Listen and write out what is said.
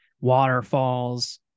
waterfalls